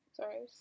Sorry